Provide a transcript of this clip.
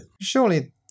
Surely